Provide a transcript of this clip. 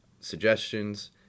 Suggestions